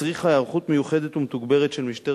שהצריכה היערכות מיוחדת ומתוגברת של משטרת